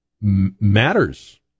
matters